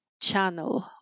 channel